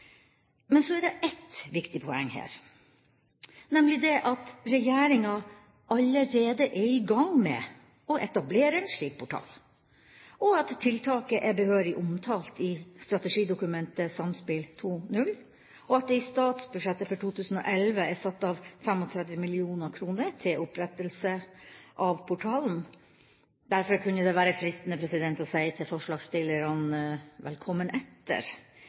Men så er det ett viktig poeng her, nemlig at regjeringa allerede er i gang med å etablere en slik portal, at tiltaket er behørig omtalt i strategidokumentet Samspill 2.0, og at det i statsbudsjettet for 2011 er satt av 35 mill. kr til opprettelse av portalen. Derfor kunne det være fristende å si til forslagsstillerne: Velkommen etter!